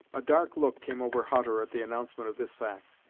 a dark look came over hutter at the announcement of this fact,